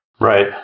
Right